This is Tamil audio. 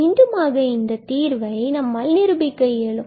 மீண்டுமாக இதன் இந்த தீர்வை நம்மால் நிரூபிக்க இயலும்